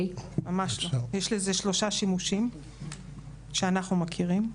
יש לזה שלושה שימושים שאנחנו מכירים,